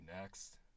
next